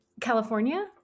California